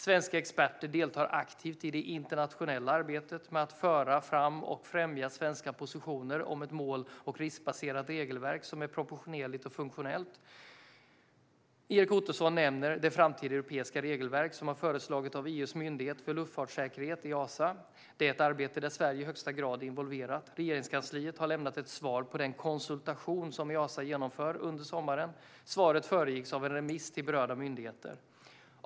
Svenska experter deltar aktivt i det internationella arbetet med att föra fram och främja svenska positioner om ett mål och riskbaserat regelverk som är proportionerligt och funktionellt. Erik Ottoson nämner det framtida europeiska regelverk som har föreslagits av EU:s myndighet för luftfartssäkerhet, Easa. Det är ett arbete där Sverige i högsta grad är involverat. Regeringskansliet har lämnat ett svar på den konsultation som Easa genomfört under sommaren. Svaret föregicks av en remiss till berörda myndigheter.